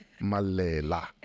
Malela